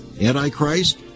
Antichrist